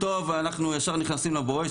אנחנו ישר נכנסים ל"בואש",